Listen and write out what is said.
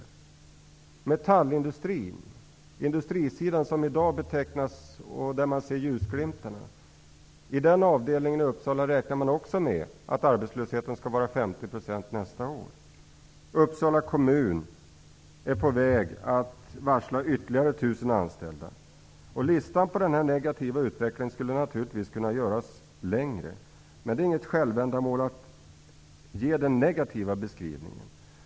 Inom metallindustrin anses det i dag finnas ljusglimtar. Men bland metallindustriarbetarna i Uppsala väntas arbetslösheten också bli 50 % nästa år. Uppsala kommun är på väg att varsla ytterligare 1 000 anställda. Listan på denna negativa utveckling skulle naturligtvis kunna göras längre. Det är inget självändamål att föra fram denna negativa beskrivning.